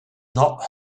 not